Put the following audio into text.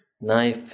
Knife